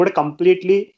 completely